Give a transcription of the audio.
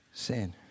sin